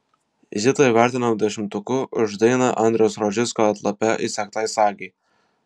zitą įvertino dešimtuku už dainą andriaus rožicko atlape įsegtai sagei